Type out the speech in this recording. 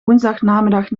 woensdagnamiddag